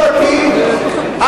אדוני שר המשפטים,